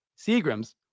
seagram's